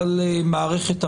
על מערכת המשפט,